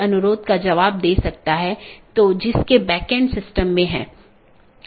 2 update message routing जानकारी को BGP साथियों के बीच आदान प्रदान करता है